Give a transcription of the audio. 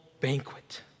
banquet